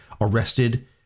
arrested